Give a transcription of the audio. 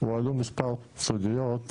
הועלו מספר סוגיות,